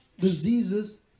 diseases